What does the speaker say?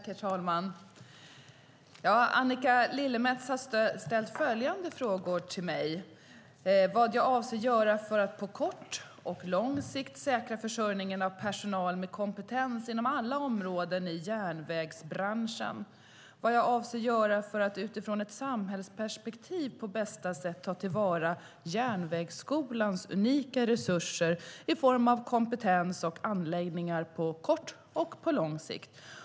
Herr talman! Annika Lillemets har ställt följande frågor till mig: Vad avser statsrådet att göra för att på kort och lång sikt säkra försörjningen av personal med kompetens inom alla områden i järnvägsbranschen? Vad avser statsrådet att göra för att utifrån ett samhällsperspektiv på bästa sätt ta till vara Järnvägsskolans unika resurser i form av kompetens och anläggningar, på kort och på lång sikt?